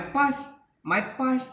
past my past